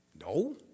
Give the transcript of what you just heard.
No